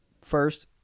first